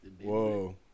Whoa